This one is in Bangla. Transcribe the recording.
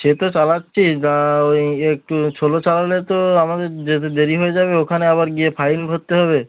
সে তো চালাচ্ছি ওই একটু সোলো চালালে তো আমাদের যেতে দেরি হয়ে যাবে ওখানে আবার গিয়ে ফাইন ভরতে হবে